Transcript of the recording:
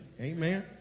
Amen